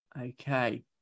Okay